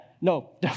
no